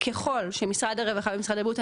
ככול שמשרד הרווחה ומשרד הבריאות,